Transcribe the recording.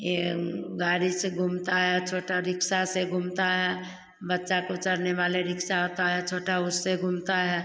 ये गाड़ी से घूमता है छोटा रिक्सा से घूमता है बच्चा को चढ़ने वाले रिक्सा होता है छोटा उससे घूमता है